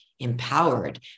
empowered